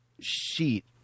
sheet